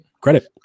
credit